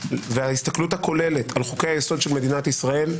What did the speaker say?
וההסתכלות הכוללת על חוקי היסוד של מדינת ישראל,